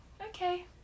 okay